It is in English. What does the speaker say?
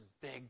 big